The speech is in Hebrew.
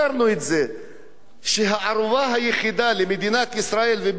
הערובה היחידה למדינת ישראל ובכלל היא לעשות שלום.